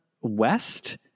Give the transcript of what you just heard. west